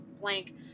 blank